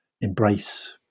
embrace